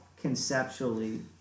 conceptually